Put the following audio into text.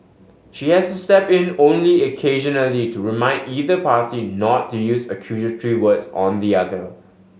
she has to step in only occasionally to remind either party not to use accusatory words on the other